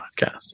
podcast